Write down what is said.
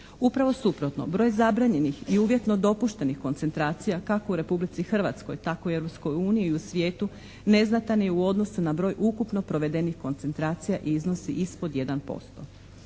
Upravo suprotno broj zabranjenih i uvjetno dopuštenih koncentracija kako u Republici Hrvatskoj tako i u Europskoj uniji i u svijetu neznatan je u odnosu na broj ukupno provedenih koncentracija i iznosi ispod 1%.